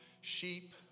sheep